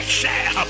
share